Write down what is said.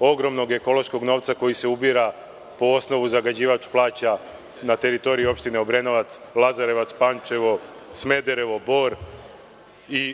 ogromnog ekološkog novca koji se ubira po osnovu zagađivač plaća na teritoriji opštine Obrenovac, Lazarevac, Pančevo, Smederovo, Bor.